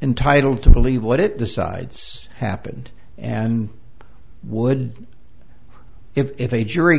entitled to believe what it decides happened and would if a jury